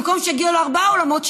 במקום שיגיעו לו ארבעה אולמות,